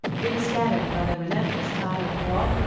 been scattered by the relentless tide of war,